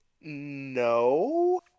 No